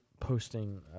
posting